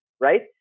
Right